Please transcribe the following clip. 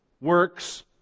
works